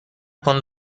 پوند